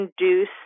induce